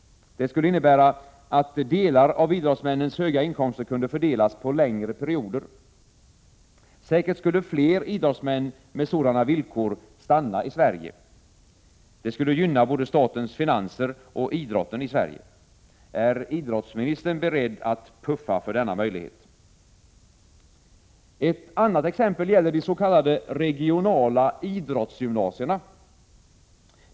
Det skulle innebära att delar av dessa inkomster kunde fördelas på längre perioder. Säkert skulle fler idrottsmän med sådana villkor stanna i Sverige. Det skulle gynna både statens finanser och idrotten i vårt land. Är idrottsministern beredd att ”puffa” för denna möjlighet? Ett annat exempel gäller de s.k. regionala idrottsgymnasierna.